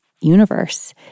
universe